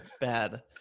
bad